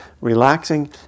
relaxing